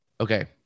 Okay